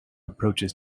approaches